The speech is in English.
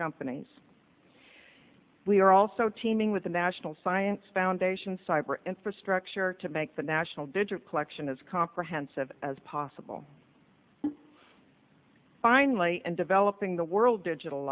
companies we are also teaming with the national science foundation cyber infrastructure to make the national digic collection as comprehensive as possible finally and developing the world digital